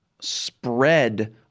spread